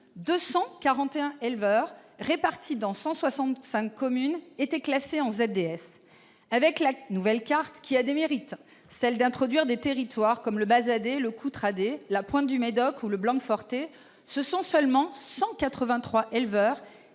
241 éleveurs répartis dans 165 communes étaient classés en ZDS. Avec la nouvelle carte- elle a, certes, des mérites, notamment celui d'introduire des territoires comme le Bazadais, le Coutradais, la pointe du Médoc ou le Blanquefortais -, ce sont seulement 183 éleveurs